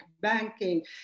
banking